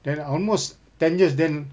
then almost ten years then